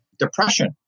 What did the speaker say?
Depression